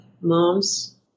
moms